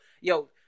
Yo